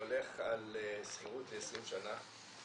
הולך על שכירות ל-20 שנה,